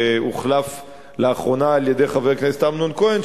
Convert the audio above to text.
שהוחלף לאחרונה על-ידי חבר הכנסת אמנון כהן,